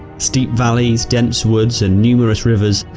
steep valleys, dense woods and numerous rivers,